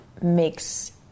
makes